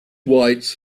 whites